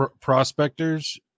prospectors